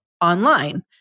online